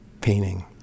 painting